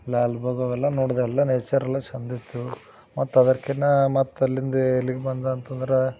ಲಾಲ್ಬಾಗ್ ಅವೆಲ್ಲ ನೋಡಿದೆ ಎಲ್ಲ ನೇಚರೆಲ್ಲ ಚೆಂದಿತ್ತು ಮತ್ತು ಅದಕ್ಕಿಂತ ಮತ್ತು ಅಲ್ಲಿಂದ ಇಲ್ಲಿಗೆ ಬಂದ ಅಂತಂದ್ರೆ